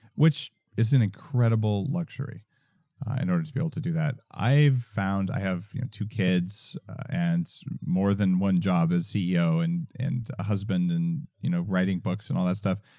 which is an incredible luxury in order to be able to do that. i've found i have two kids and more than one job as ceo and a husband and you know writing books and all that stuff.